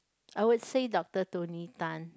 I would say doctor Tony Tan